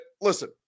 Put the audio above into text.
Listen